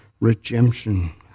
redemption